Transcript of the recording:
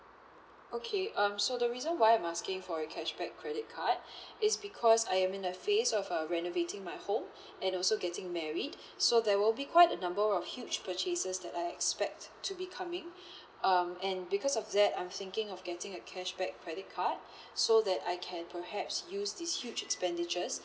okay um so the reason why I'm asking for a cashback credit card it's because I am in the phase of uh renovating my home and also getting married so there will be quite a number of huge purchases that I expect to be coming um and because of that I'm thinking of getting a cashback credit card so that I can perhaps use this huge expenditures